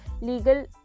legal